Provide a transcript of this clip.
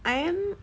I am